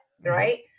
Right